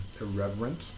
irreverent